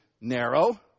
narrow